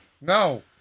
no